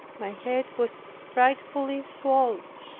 my head was frightfully swelled,